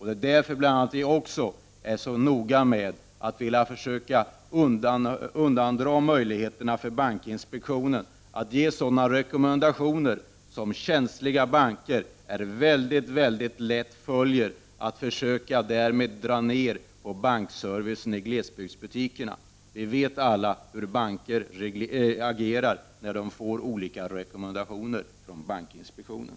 Det är bl.a. därför som vi också är så noga med att försöka ta bort bankinspektionens möjligheter att ge sådana rekommendationer som känsliga banker mycket lätt följer för att därmed dra ned på bankservicen i glesbygdsbutikerna. Vi vet alla hur banker agerar när de får olika rekommendationer från bankinspektionen.